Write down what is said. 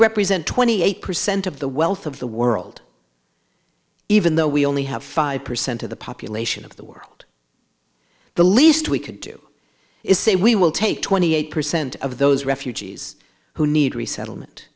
represent twenty eight percent of the wealth of the world even though we only have five percent of the population of the world the least we could do is say we will take twenty eight percent of those refugees who need resettlement